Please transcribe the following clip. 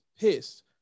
pissed